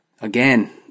Again